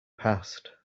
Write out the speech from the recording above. passed